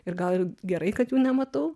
ir gal ir gerai kad jų nematau